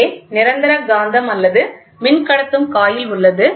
இங்கே நிரந்தர காந்தம் அல்லது மின்கடத்தும் காயில் உள்ளது